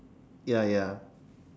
ya ya